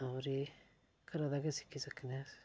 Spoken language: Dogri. होर एह् घरा दा गै सिक्खी सकने आं अस